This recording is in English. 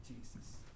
Jesus